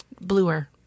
Bluer